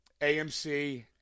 AMC